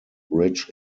rich